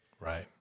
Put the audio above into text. Right